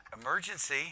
Emergency